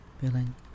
feeling